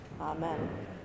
Amen